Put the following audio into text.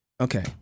Okay